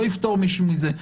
לא יפטור מישהו מזה,